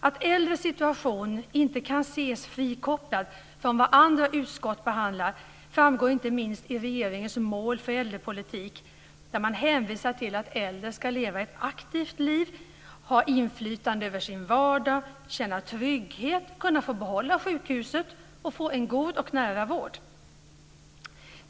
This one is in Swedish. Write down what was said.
Att äldres situation inte kan ses frikopplad från andra utskott framgår inte minst av regeringens mål för äldrepolitik där man hänvisar till att äldre kan leva ett aktivt liv, ha inflytande över sin vardag, kunna känna trygghet, få behålla kontakten med sjukhuset och få en god och nära vård.